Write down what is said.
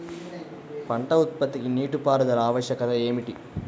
పంట ఉత్పత్తికి నీటిపారుదల ఆవశ్యకత ఏమిటీ?